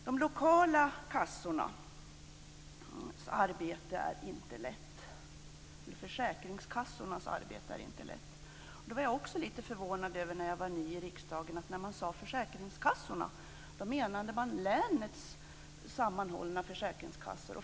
De lokala försäkringskassornas arbete är inte lätt. När jag var ny i riksdagen var jag också lite förvånad över att man när man sade försäkringskassorna menade länets sammanhållna försäkringskassor.